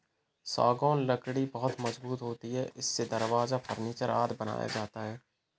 सागौन लकड़ी बहुत मजबूत होती है इससे दरवाजा, फर्नीचर आदि बनाया जाता है